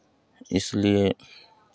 इसलिए